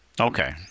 Okay